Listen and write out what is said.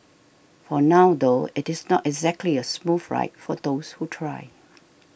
for now though it is not exactly a smooth ride for those who try